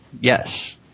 yes